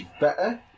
better